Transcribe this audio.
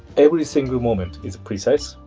every single moment is precise,